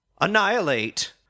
Annihilate